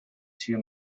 two